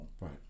right